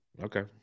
Okay